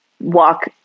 walk